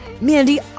Mandy